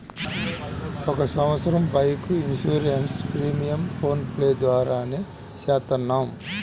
ఒక సంవత్సరం నుంచి బైక్ ఇన్సూరెన్స్ ప్రీమియంను ఫోన్ పే ద్వారానే చేత్తన్నాం